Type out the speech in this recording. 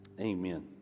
Amen